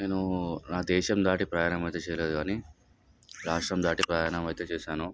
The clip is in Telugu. నేను నా దేశం దాటి ప్రయాణం అయితే చేయలేదు కానీ రాష్ట్రం దాటి ప్రయాణం అయితే చేశాను